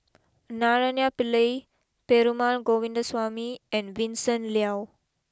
Naraina Pillai Perumal Govindaswamy and Vincent Leow